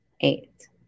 eight